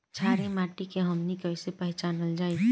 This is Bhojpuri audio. छारी माटी के हमनी के कैसे पहिचनल जाइ?